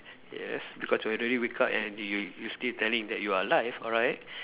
yes because whether you wake up and you you still telling that you are alive alright